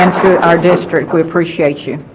um to our district we appreciate you